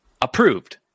approved